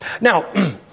Now